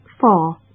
Four